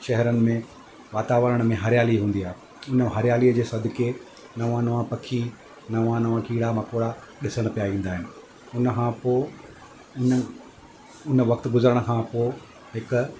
शहरनि में वातावरण में हरियाली हूंदी आहे उन हरियाली जे सदके नवां नवां पखी नवां नवां कीड़ा मकौड़ा ॾिसणु पिया ईंदा आहिनि उन खां पोइ इन उन वक़्तु गुज़रण खां पोइ हिकु